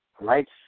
right